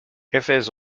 efes